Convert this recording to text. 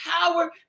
power